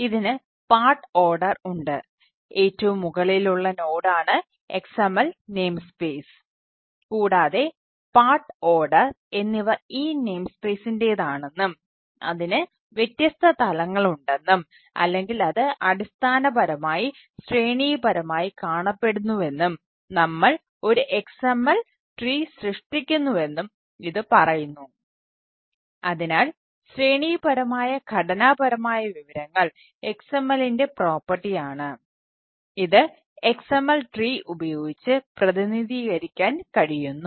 ഇതിന് part order സൃഷ്ടിക്കുന്നുവെന്നും ഇത് പറയുന്നു അതിനാൽ ശ്രേണിപരമായ ഘടനാപരമായ വിവരങ്ങൾ XML ൻറെ പ്രോപ്പർട്ടിയാണ് ഇത് XML ട്രീ ഉപയോഗിച്ച് പ്രതിനിധീകരിക്കാൻ കഴിയുന്നു